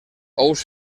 ous